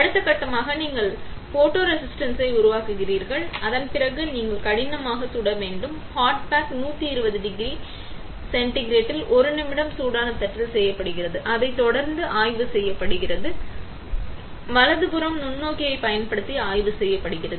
அடுத்த கட்டமாக நீங்கள் ஃபோட்டோரெசிஸ்ட்டை உருவாக்குகிறீர்கள் அதன் பிறகு நீங்கள் கடினமாக சுட வேண்டும் ஹார்ட் பேக் 120 டிகிரி சென்டிகிரேடில் 1 நிமிடம் சூடான தட்டில் செய்யப்படுகிறது அதைத் தொடர்ந்து ஆய்வு செய்யப்படுகிறது வலதுபுறம் நுண்ணோக்கியைப் பயன்படுத்தி ஆய்வு செய்யப்படுகிறது